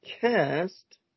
cast